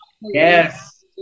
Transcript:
Yes